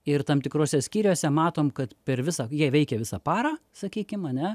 ir tam tikruose skyriuose matom kad per visą jie veikia visą parą sakykim ane